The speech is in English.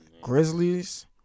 Grizzlies